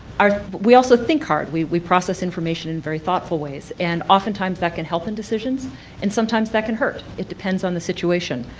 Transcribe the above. we also think hard, we we process information in very thoughtful ways and often times that can help in decisions and sometimes that can hurt it depends on the situation.